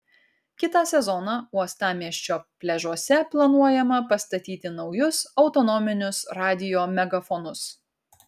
kitą sezoną uostamiesčio pliažuose planuojama pastatyti naujus autonominius radijo megafonus